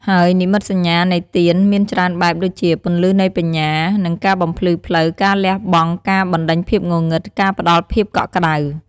ហើយនិមិត្តសញ្ញានៃទៀន មានច្រើនបែប ដូចជា ពន្លឺនៃបញ្ញា និងការបំភ្លឺផ្លូវ ការលះបង់ ការបណ្តេញភាពងងឹត ការផ្ដល់ភាពកក់ក្ដៅ។